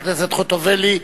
תודה רבה לחברת הכנסת חוטובלי.